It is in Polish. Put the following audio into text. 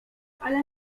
ale